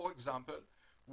For example,